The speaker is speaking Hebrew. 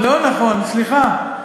לא נכון, סליחה.